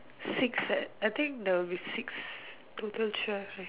six at I think there will be six total twelve leh